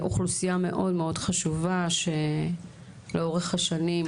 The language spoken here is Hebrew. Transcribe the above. אוכלוסייה מאוד מאוד חשובה שלאורך השנים,